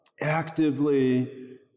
actively